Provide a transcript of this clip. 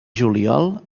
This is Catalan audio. juliol